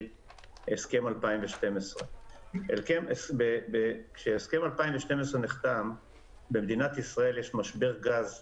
הסכם 2012. כשהסכם 2012 נחתם במדינת ישראל היה משבר גז מטורף,